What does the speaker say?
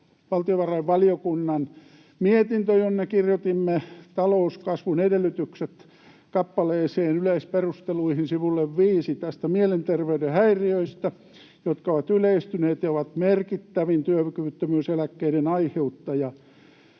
valtiovarainvaliokunnan mietintö, jonne kirjoitimme Talouskasvun edellytykset ‑kappaleeseen yleisperusteluihin sivulle 5 näistä mielenterveyden häiriöistä, jotka ovat yleistyneet ja ovat merkittävin työkyvyttömyyseläkkeiden aiheuttaja.